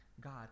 god